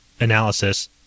analysis